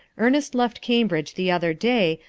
ernest left cambridge the other day,